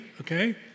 okay